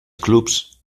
clubs